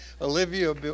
Olivia